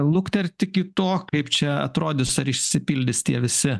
luktert iki to kaip čia atrodys ar išsipildys tie visi